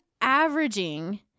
averaging